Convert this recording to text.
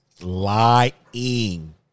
Lying